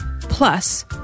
plus